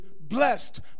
blessed